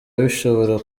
bishobora